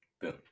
boom